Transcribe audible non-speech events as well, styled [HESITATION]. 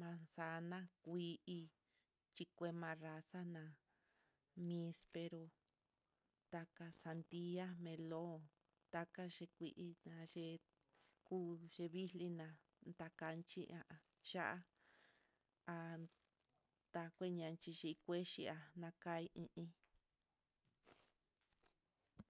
manzana kuii, chikue marazana, mispero, taka sandia, melon, taka xhikuii, tayee kuu x [HESITATION] xlina'a, takanchi ha a a ya'á an takui nanchi xhí kuexhia nakai i iin.